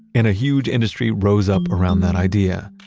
and a huge industry rose up around that idea.